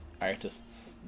artists